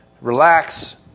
relax